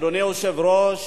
אדוני היושב-ראש,